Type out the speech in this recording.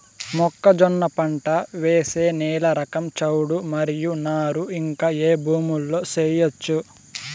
మొక్కజొన్న పంట వేసే నేల రకం చౌడు మరియు నారు ఇంకా ఏ భూముల్లో చేయొచ్చు?